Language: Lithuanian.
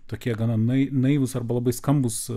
tokie gana nai naivūs arba labai skambūs